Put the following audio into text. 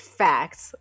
facts